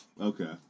Okay